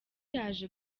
yaje